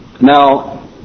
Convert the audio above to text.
now